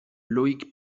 loïc